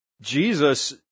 Jesus